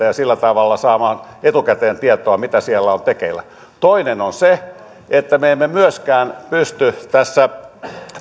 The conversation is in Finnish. ja sillä tavalla saamaan etukäteen tietoa mitä siellä on tekeillä toinen on se että me emme myöskään pysty tässä